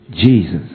Jesus